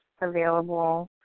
available